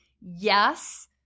Yes